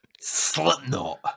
Slipknot